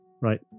Right